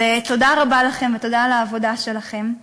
אז תודה רבה לכם ותודה על העבודה שלכם.